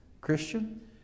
Christian